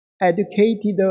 educated